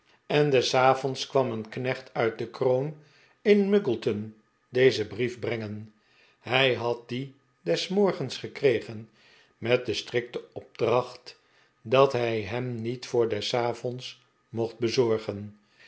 en des avonds kwam een knecht uit de kroon in muggleton dezen brief brengen hij had dien des morgens gekregen met de strikte opdrcacht dat hij hem niet voor des avonds mocht bezorgen